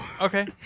Okay